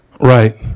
Right